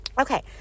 Okay